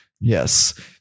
Yes